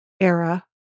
era